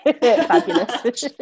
Fabulous